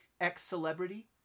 ex-celebrity